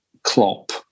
Klopp